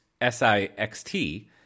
S-I-X-T